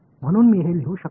म्हणून मी हे लिहू शकतो